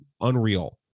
unreal